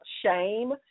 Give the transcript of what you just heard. shame